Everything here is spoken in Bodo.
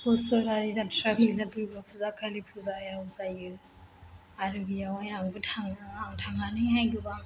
बोसोरारि जात्रा खालि फुजायाव जायो आरो आंबो थाङो आं थांनानैहाय गोबां